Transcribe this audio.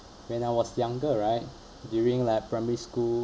when I was younger right during like primary school